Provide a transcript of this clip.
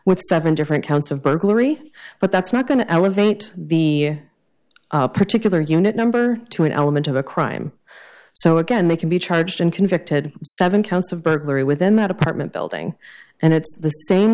with seven different counts of burglary but that's not going to elevate the particular unit number to an element of a crime so again they can be charged and convicted seven counts of burglary within that apartment building and it's the same